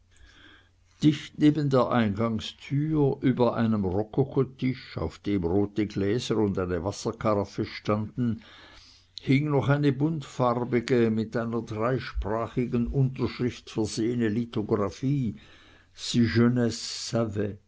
dicht neben der eingangstür über einem rokokotisch auf dem rote gläser und eine wasserkaraffe standen hing noch eine buntfarbige mit einer dreisprachigen unterschrift versehene lithographie si